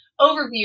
overview